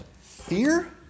Fear